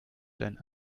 deinen